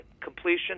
completion